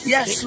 Yes